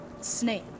snake